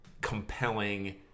compelling